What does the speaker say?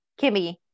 Kimmy